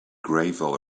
gravel